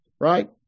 right